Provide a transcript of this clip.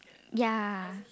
ya